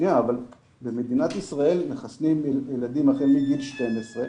אבל במדינת ישראל מחסנים ילדים החל מגיל 12,